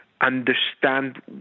understand